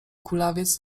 kulawiec